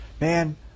Man